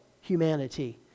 humanity